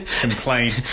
complain